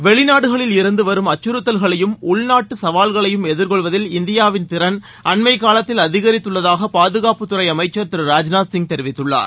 வெளிநாடுகளில் இருந்து வரும் உள்நாட்டு சவால்களையும் எதிர்கொள்வதில் இந்தியாவின் திறன் அண்மைக் காலத்தில் அதிகரித்துள்ளதாக பாதுகாப்புத்துறை அமைச்சர் திரு ராஜ்நாத்சிங் தெரிவித்துள்ளார்